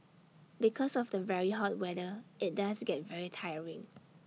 because of the very hot weather IT does get very tiring